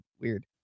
weird